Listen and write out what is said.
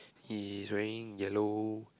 he wearing yellow